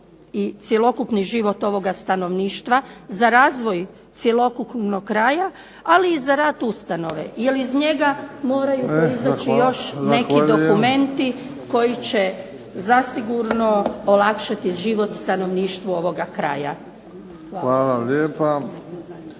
i cjelokupni život ovoga stanovništva, za razvoj cjelokupnog kraja ali i za rad ustanove jer iz njega moraju proizaći još neki dokumenti koji će zasigurno olakšati život stanovništvu ovoga kraja. Hvala.